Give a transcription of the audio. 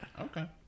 Okay